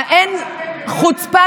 התקציב,